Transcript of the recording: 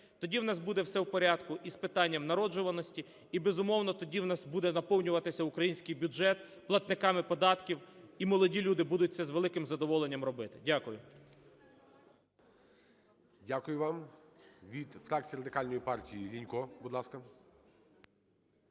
тоді у нас буде все в порядку і з питанням народжуваності, і, безумовно, тоді у нас буде наповнюватися український бюджет платниками податків, і молоді люди будуть це з великим задоволенням робити. Дякую. ГОЛОВУЮЧИЙ. Дякую вам. Від фракції Радикальної партії Лінько. Будь ласка.